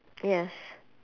yes